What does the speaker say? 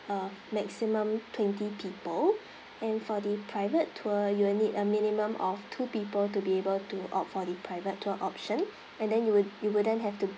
uh maximum twenty people and for the private tour you'll need a minimum of two people to be able to opt for the private tour option and then you would you wouldn't have to